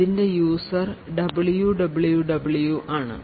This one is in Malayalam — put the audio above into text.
അതിൻറെ യൂസർ www ആണ്